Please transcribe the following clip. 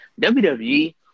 WWE